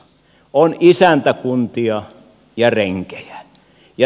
on isäntäkuntia ja renkejä